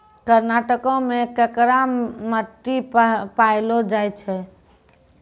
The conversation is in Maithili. कर्नाटको मे करका मट्टी पायलो जाय छै